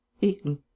Eaten